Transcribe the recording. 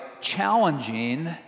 challenging